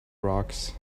rocks